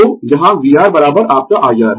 तो यहाँ vR आपका iR